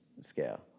scale